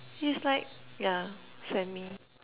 He's like yeah semi